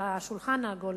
על השולחן העגול,